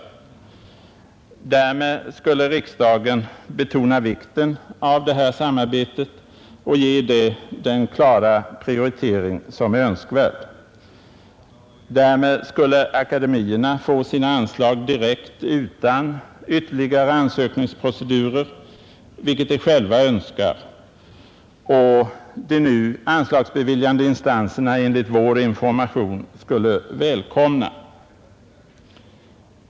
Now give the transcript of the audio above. Därmed skulle riksdagen betona vikten av detta samarbete och ge det den klara prioritering som är önskvärd. Därmed skulle akademierna få sina anslag direkt utan ytterligare ansökningsprocedurer, vilket de själva önskar och de nu anslagsbeviljande instanserna skulle välkomna.